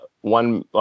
one